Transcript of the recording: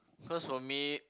cause for me